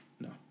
No